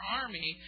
army